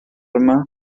yma